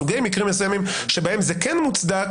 סוגי מקרים מסוימים שבהם זה כן מוצדק,